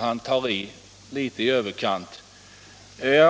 han tar i i överkant.